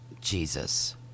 Jesus